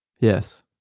Yes